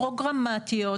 פרוגרמטיות,